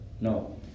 no